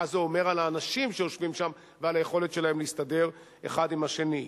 מה זה אומר על האנשים שיושבים שם ועל היכולת שלהם להסתדר אחד עם השני?